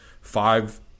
five